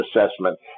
assessment